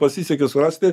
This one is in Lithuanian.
pasisekė surasti